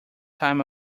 time